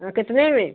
कितने में